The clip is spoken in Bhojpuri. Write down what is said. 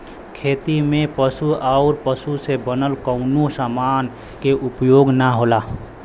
खेती में पशु आउर पशु से बनल कवनो समान के उपयोग ना होला